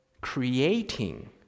creating